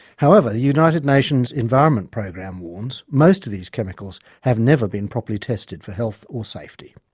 however, the united nations environment program warns, most of these chemicals have never been properly tested for health or safety.